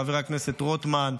חבר הכנסת רוטמן,